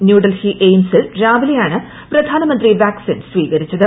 ന്യൂഡൽഹി എയിംസിൽ രാവിലെയാണ് പ്രധാനമന്ത്രി വാക്സിൻ സ്വീകരിച്ചത്